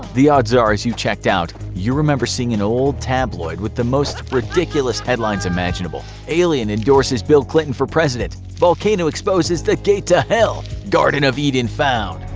the odds are, as you checked out, you remember seeing an odd tabloid with the most ridiculous headlines imaginable. alien endorses bill clinton for president! volcano exposes the gate to hell! garden of eden found.